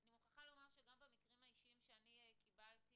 אני מוכרחה לומר שגם במקרים האישיים שאני קיבלתי